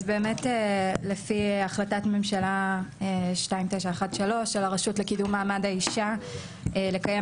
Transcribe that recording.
אז באמת לפי החלטת ממשלה 2913 של הרשות לקידום מעמד האישה לקיים